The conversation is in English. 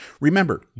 Remember